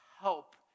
help